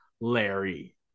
Larry